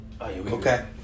Okay